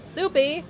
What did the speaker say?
Soupy